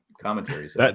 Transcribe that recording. commentaries